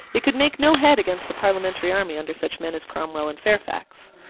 it could make no head against the parliamentary army under such men as cromwell and fairfax.